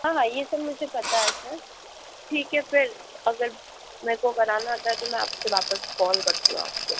हाँ हाँ ये सब मुझे पता है सर ठीक है फिर अगर मेरे को बनाना है तो मैं आपसे वापस कॉल करती हूँ आपको